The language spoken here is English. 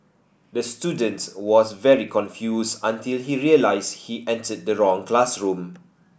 the student was very confused until he realised he entered the wrong classroom